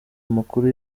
amakuru